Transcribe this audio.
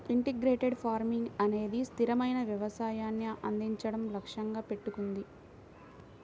integrated farming అనేది స్థిరమైన వ్యవసాయాన్ని అందించడం లక్ష్యంగా పెట్టుకుంది